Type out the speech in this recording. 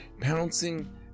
Pouncing